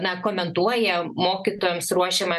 na komentuoja mokytojams ruošiamą